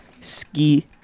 Ski